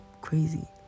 crazy